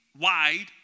wide